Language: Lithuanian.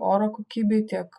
oro kokybei tiek